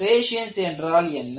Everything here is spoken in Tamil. ஸ்ட்ரியேஷன்ஸ் என்றால் என்ன